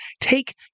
take